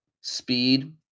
speed